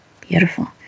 Beautiful